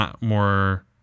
more